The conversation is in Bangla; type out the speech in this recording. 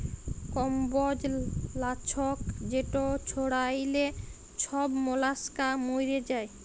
কম্বজ লাছক যেট ছড়াইলে ছব মলাস্কা মইরে যায়